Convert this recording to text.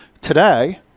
today